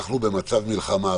אנחנו במצב מלחמה.